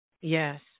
Yes